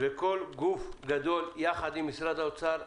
וכל גוף גדול יחד עם משרד האוצר,